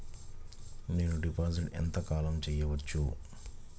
నేను డిపాజిట్ ఎంత కాలం చెయ్యవచ్చు?